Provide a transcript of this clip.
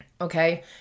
Okay